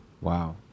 Wow